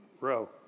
row